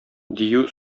дию